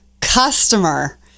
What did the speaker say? customer